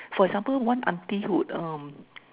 for example one auntie would uh